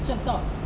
just stop